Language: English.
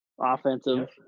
Offensive